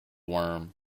worm